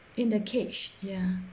in the cage ya